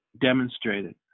demonstrated